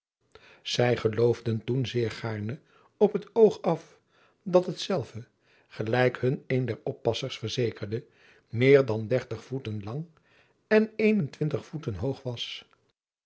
ij geloofden toen zeer gaarne op het oog af dat hetzelve gelijk hun een der oppassers verzekerde meer dan dertig voeten lang en een en twintig voeten hoog was